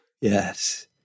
Yes